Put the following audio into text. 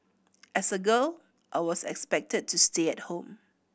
as a girl I was expected to stay at home